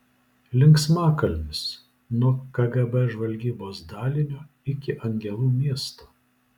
linksmakalnis nuo kgb žvalgybos dalinio iki angelų miesto